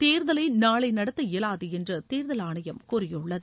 தேர்தலை நாளை நடத்த இயலாது என்று தேர்தல் ஆணையம் கூறியுள்ளது